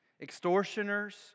extortioners